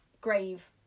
grave